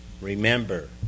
remember